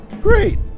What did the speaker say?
Great